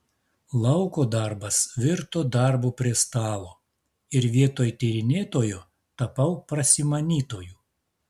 lauko darbas virto darbu prie stalo ir vietoj tyrinėtojo tapau prasimanytoju